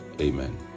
amen